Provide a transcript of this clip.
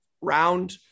round